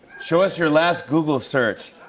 show us your last google search.